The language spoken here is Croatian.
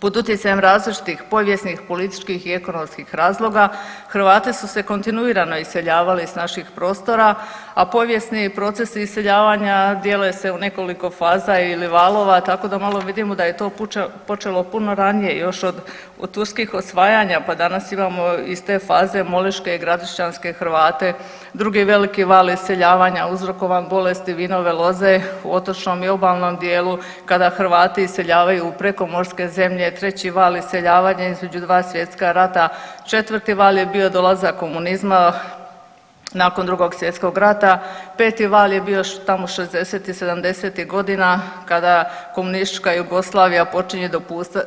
Pod utjecajem različitih povijesnih, političkih i ekonomskih razloga Hrvati su se kontinuirano iseljavali s naših prostora, a povijesni procesi iseljavanja dijele se u nekoliko faza ili valova tako da malo vidimo da je to počelo puno ranije još od Turskih osvajanja pa danas imamo iz te faze Moliške i Gradišćanske Hrvate, drugi veli val iseljavanja uzrokovan bolesti vinove loze u otočnom i obalnom dijelu kada Hrvati iseljavaju u prekomorske zemlje, treći val iseljavanja između dva svjetska rada, četvrti je bio dolazak komunizma nakon Drugog svjetskog rata, peti val je bio tamo '60., '70. godina kada komunistička Jugoslavija počinje